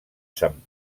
sant